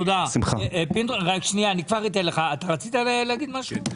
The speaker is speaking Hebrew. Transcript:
פינדרוס, אתה רצית להגיד משהו?